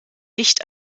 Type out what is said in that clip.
nicht